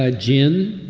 ah ginn